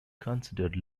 considered